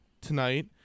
tonight